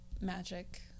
magic